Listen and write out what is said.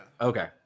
Okay